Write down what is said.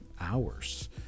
hours